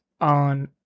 on